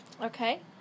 Okay